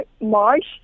march